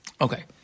Okay